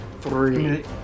three